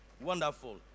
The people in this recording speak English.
Wonderful